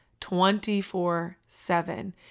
24-7